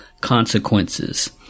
consequences